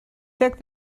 took